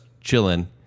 chilling